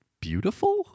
beautiful